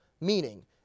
Meaning